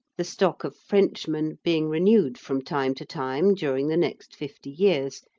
the stock of frenchmen being renewed from time to time during the next fifty years,